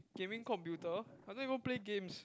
can win computer I don't even play games